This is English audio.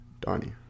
Donnie